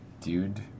Dude